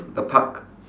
the park